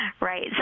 Right